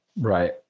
Right